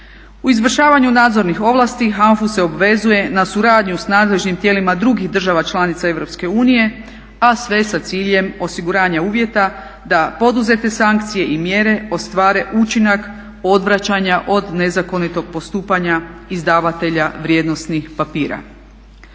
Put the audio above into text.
U izvršavanju nadzornih ovlasti HANFA-u se obvezuje na suradnju sa nadležnim tijelima drugih država članica EU, a sve sa ciljem osiguranja uvjeta da poduzete sankcije i mjere ostvare učinak odvraćanja od nezakonitog postupanja izdavatelja vrijednosnih papira.